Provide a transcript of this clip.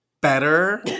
better